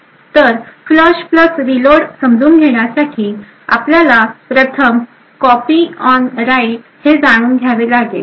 तर flush reload समजून घेण्यासाठी आपल्याला प्रथम कॉपी ऑन राईट हे जाणून घ्यावे लागेल